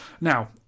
Now